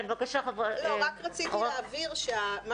רק רציתי להבהיר שמה